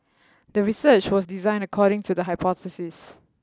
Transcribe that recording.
the research was designed according to the hypothesis